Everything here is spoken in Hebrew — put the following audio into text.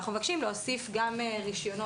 אנחנו מבקשים להוסיף גם רישיונות,